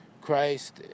Christ